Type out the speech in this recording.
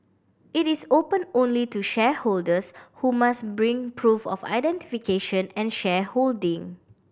it is open only to shareholders who must bring proof of identification and shareholding